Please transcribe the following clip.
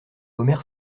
omer